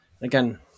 Again